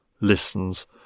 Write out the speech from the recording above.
listens